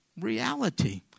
reality